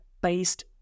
based